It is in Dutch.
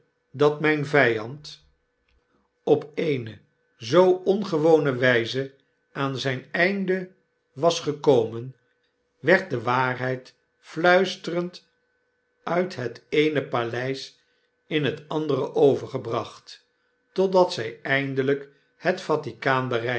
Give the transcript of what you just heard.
dat myn vijand op eene zoo ongewone wijze aan zijn einde was gekomen werd de waarheid fluisterend uit het eene paleis in het andere overgebracht totdat zy eindelyk het vatikaan